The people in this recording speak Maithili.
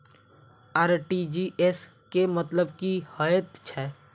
आर.टी.जी.एस केँ मतलब की हएत छै?